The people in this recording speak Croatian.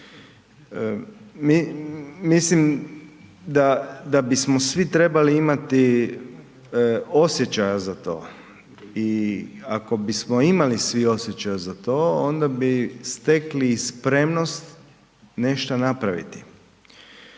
Mislim da bismo svi trebali imati osjećaja za to i ako bismo imali svi osjećaja za to onda bi stekli i spremnost nešto napraviti.